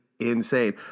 insane